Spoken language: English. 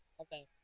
Okay